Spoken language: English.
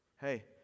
Hey